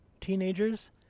teenagers